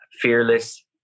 fearless